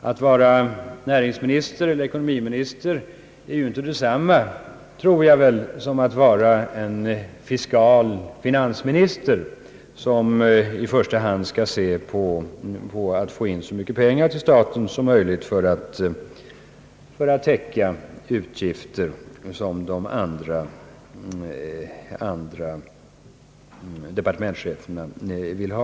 Att vara näringsminister eller ekonomiminister är ju inte detsamma som att vara en fiskal finansminister, som i första hand skall försöka få in så mycket pengar till staten som möjligt för att täcka utgifter, som de andra departementscheferna vill ha.